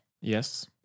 Yes